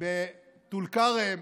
בטול כרם